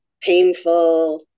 painful